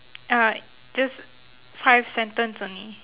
ah just five sentence only